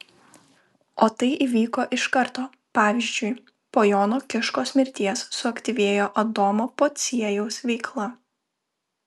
o tai įvyko iš karto pavyzdžiui po jono kiškos mirties suaktyvėjo adomo pociejaus veikla